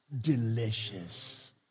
delicious